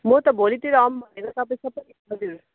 म त भोलितिर आउँ भनको तपाईँ